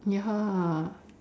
ya